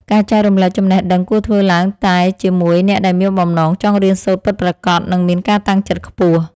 ការចែករំលែកចំណេះដឹងគួរធ្វើឡើងតែជាមួយអ្នកដែលមានបំណងចង់រៀនសូត្រពិតប្រាកដ និង មានការតាំងចិត្តខ្ពស់។